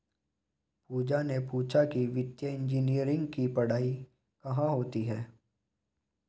पूजा ने पूछा कि वित्तीय इंजीनियरिंग की पढ़ाई कहाँ होती है?